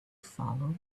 follow